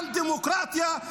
על דמוקרטיה,